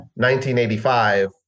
1985